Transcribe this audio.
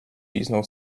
pisnął